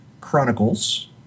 Chronicles